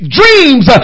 dreams